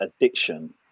addiction